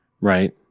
Right